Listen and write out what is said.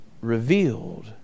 revealed